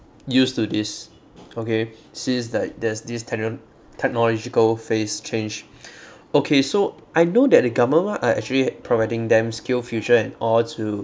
used to this okay since like there's this techno~ technological phase change okay so I know that the government are actually providing them skill future and all to